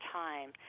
time